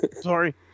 sorry